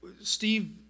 Steve